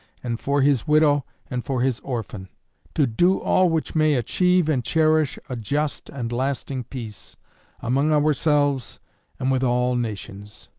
and for his widow and for his orphan to do all which may achieve and cherish a just and lasting peace among ourselves and with all nations.